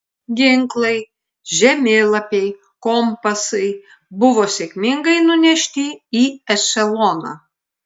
ginklai žemėlapiai kompasai buvo sėkmingai nunešti į ešeloną